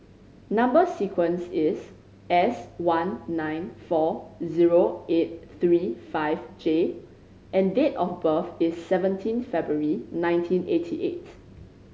number sequence is S one nine four zero eight three five J and date of birth is seventeen February nineteen eighty eight